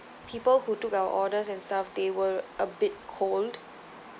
people who took our orders and stuff they were a bit cold